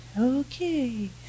Okay